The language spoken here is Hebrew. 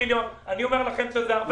אני רק חושב שאסור שזה יהיה בהוראת שעה.